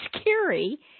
scary